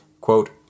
Quote